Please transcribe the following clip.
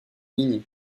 lignes